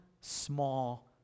small